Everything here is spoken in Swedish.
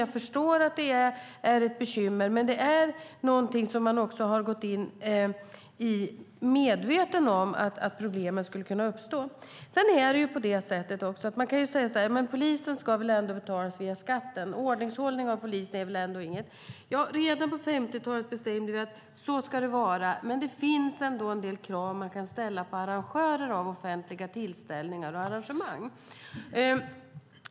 Jag förstår att det är ett bekymmer, men man har varit medveten om att problemen skulle kunna uppstå när man har gått in i detta. Man kan ju säga att polisens upprätthållande av ordning ska betalas via skatten. Redan på 50-talet bestämde vi att det ska vara så, men det finns en del krav man kan ställa på arrangörer av offentliga tillställningar och arrangemang.